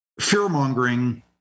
fear-mongering